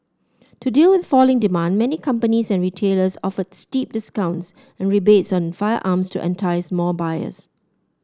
to deal with falling demand many companies and retailers offered steep discounts and rebates on firearms to entice more buyers